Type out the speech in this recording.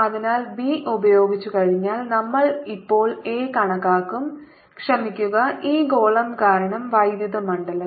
അതിനാൽ ബി ഉപയോഗിച്ചുകഴിഞ്ഞാൽ നമ്മൾ ഇപ്പോൾ എ കണക്കാക്കും ക്ഷമിക്കുക ഈ ഗോളം കാരണം വൈദ്യുത മണ്ഡലം